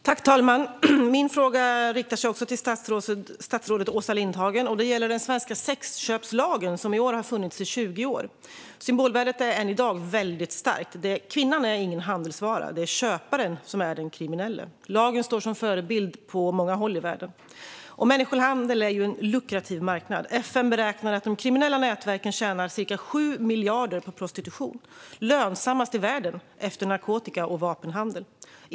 Fru talman! Min fråga riktar sig också till statsrådet Åsa Lindhagen. Den gäller den svenska sexköpslagen, som i år har funnits i 20 år. Symbolvärdet är än i dag mycket starkt. Kvinnan är ingen handelsvara, utan det är köparen som är den kriminelle. Lagen står som förebild på många håll i världen. Människohandel är en lukrativ marknad. FN beräknar att de kriminella nätverken tjänar ca 7 miljarder på prostitution. Det är lönsammast i världen efter narkotika och vapenhandel.